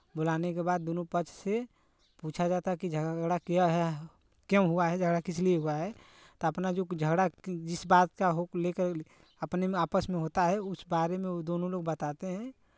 बुलाने के बाद दोनों पक्ष से पूछा जाता है कि झगड़ा क्या है क्यों हुआ है झगड़ा किसलिए हुआ है तो अपना जो कि झगड़ा जिस बात का हो लेकर अपने में आपस में होता है उस बारे में वो दोनों लोग बताते हैं